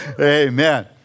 Amen